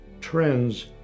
trends